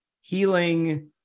healing